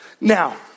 Now